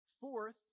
Fourth